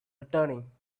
returning